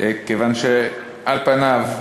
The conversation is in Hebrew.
כיוון שעל פניו,